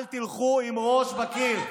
אל תלכו עם ראש בקיר.